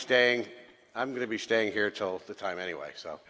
staying i'm going to be staying here till the time anyway so